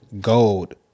gold